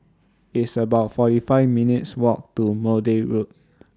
It's about forty nine minutes' Walk to Maude Road